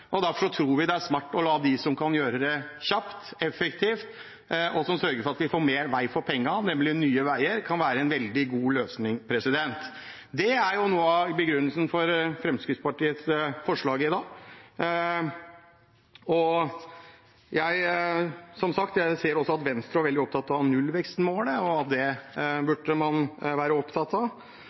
og vi ønsker å bygge mye vei. Derfor tror vi det er smart å overlate det til dem som kan gjøre det kjapt og effektivt, og som sørger for at vi får mer vei for pengene, nemlig Nye Veier, det kan være en veldig god løsning. Det er noe av begrunnelsen for Fremskrittspartiets forslag i dag. Jeg ser også at Venstre er veldig opptatt av nullvekstmålet, og det burde man være opptatt av.